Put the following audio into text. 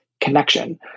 connection